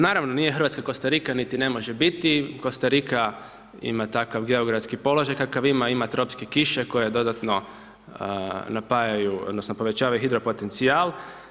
Naravno nije Hrvatska Kostarika niti ne može biti, Kostarika ima takav geografski položaj kakav ima, ima tropske kiše koje dodatno napajaju odnosno povećavaju hidro potencijal.